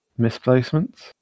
misplacements